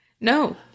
No